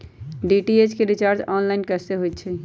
DTH के recharge online कैसे होईछई?